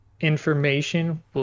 information